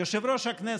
יושב-ראש הכנסת.